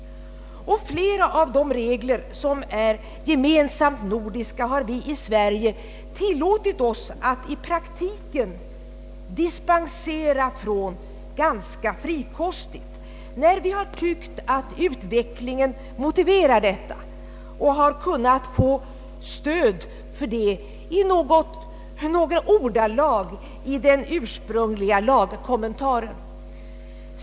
Flera av de regler, som är gemensamt nordiska, har vi i Sverige tillåtit oss att i praktiken dispensera ifrån ganska frikostigt, när vi har tyckt att utvecklingen motiverat detta och vi har kunnat få något stöd för det i ordalagen i den ursprungliga lagkommentaren.